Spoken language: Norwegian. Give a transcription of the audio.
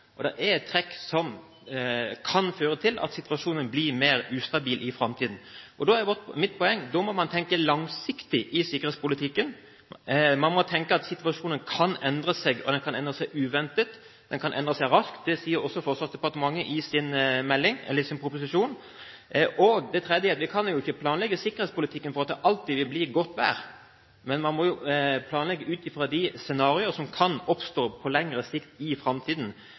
det er trekk som kan føre til at situasjonen blir mer ustabil i framtiden. Da er mitt poeng at man må tenke langsiktig i sikkerhetspolitikken. Man må tenke at situasjonen kan endre seg, den kan endre seg uventet, og den kan endre seg raskt, det sier også Forsvarsdepartementet i sin proposisjon. Man kan ikke planlegge sikkerhetspolitikken ut fra at det alltid vil bli godt vær. Man må planlegge ut fra de scenarioer som kan oppstå på lengre sikt i framtiden,